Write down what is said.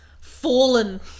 fallen